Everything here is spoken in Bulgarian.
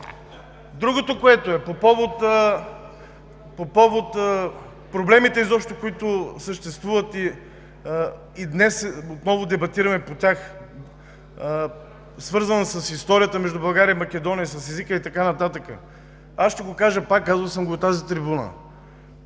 Другото, което е по повод проблемите изобщо, които съществуват и днес отново дебатираме по тях, свързано с историята между България и Македония, с езика и така нататък. Аз ще кажа пак – казвал съм го и от тази трибуна: